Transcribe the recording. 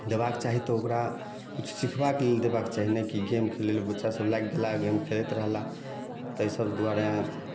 देबाके चाही तऽ ओकरा किछु सीखबाके लेल देबाके चाही नहि कि गेम खेलै लए बच्चा सब लागि गेलाह गेम खेलैत रहला ताहि सब दुआरे